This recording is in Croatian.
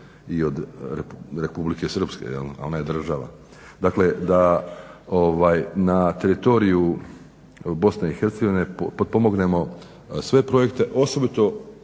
i od Republike Srpske, a ona je država. Dakle, da na teritoriju Bosne i Hercegovine potpomognemo sve projekte osobito